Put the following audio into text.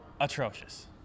atrocious